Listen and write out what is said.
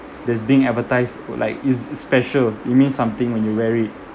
that's being advertised like it's it's special it means something when you wear it